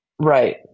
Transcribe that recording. Right